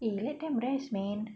eh let them rest man